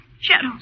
shadow